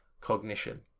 cognition